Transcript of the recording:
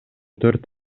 төрт